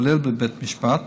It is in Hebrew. כולל בבית משפט,